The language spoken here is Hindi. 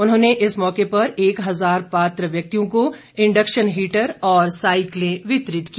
उन्होंने इस मौके पर एक हजार पात्र व्यक्तियों को इंडक्शन हीटर और साइकिलें वितरित की